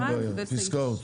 פסקאות.